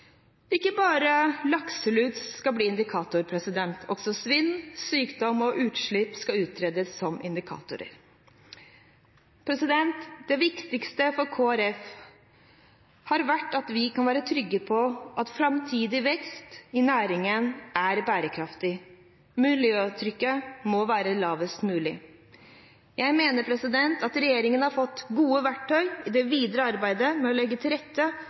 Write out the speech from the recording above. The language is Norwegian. ikke bare lakselus som skal bli indikator. Også svinn, sykdom og utslipp skal utredes som indikatorer. Det viktigste for Kristelig Folkeparti har vært at vi kan være trygge på at framtidig vekst i næringen er bærekraftig. Miljøavtrykket må være minst mulig. Jeg mener at regjeringen har fått gode verktøy i det videre arbeidet med å legge til rette